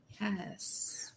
yes